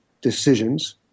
decisions